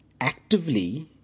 actively